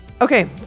Okay